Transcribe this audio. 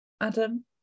Adam